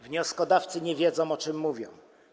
Wnioskodawcy nie wiedzą, o czym mówią.